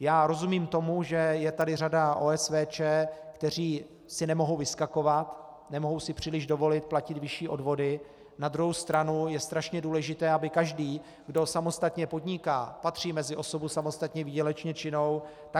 Já rozumím tomu, že je tady řada OSVČ, které si nemohou vyskakovat, nemohou si příliš dovolit platit vyšší odvody, na druhou stranu je strašně důležité, aby každý, kdo samostatně podniká, patří mezi osoby samostatně výdělečné činné,